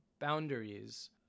boundaries